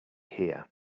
here